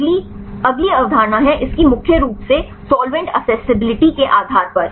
तो अगली अगली अवधारणा है इसकी मुख्य रूप से सॉल्वेंट ऐक्सेसिबिलिटी के आधार पर